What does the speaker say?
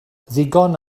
ddigon